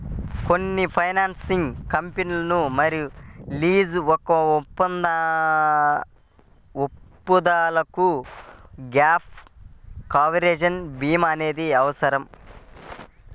కొన్ని ఫైనాన్సింగ్ కంపెనీలు మరియు లీజు ఒప్పందాలకు యీ గ్యాప్ కవరేజ్ భీమా అనేది అవసరం